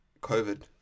COVID